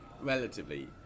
relatively